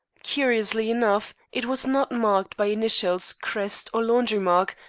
curiously enough, it was not marked by initials, crest, or laundry-mark,